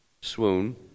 swoon